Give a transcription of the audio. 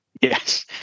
Yes